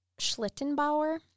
schlittenbauer